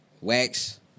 wax